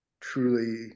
truly